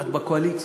את בקואליציה,